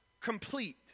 complete